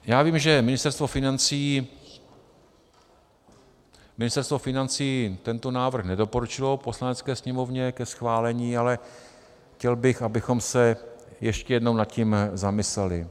Já vím, že Ministerstvo financí tento návrh nedoporučilo Poslanecké sněmovně ke schválení, ale chtěl bych, abychom se ještě jednou nad tím zamysleli.